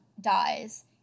dies